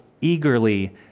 eagerly